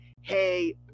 hey